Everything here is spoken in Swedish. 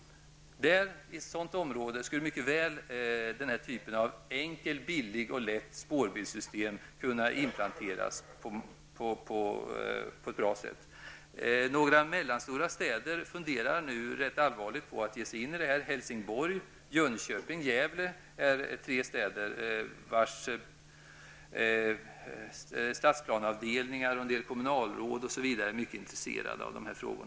I ett sådant område skulle mycket väl den här typen av enkelt, billigt och lätt spårbilssystem kunna inplanteras på ett bra sätt. I några mellanstora städer funderar man nu ganska allvarligt på detta. Helsingborg, Jönköping och Gävle är tre städer vars stadsplaneavdelningar, kommunalråd m.fl. är mycket intresserade av dessa frågor.